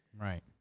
right